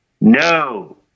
No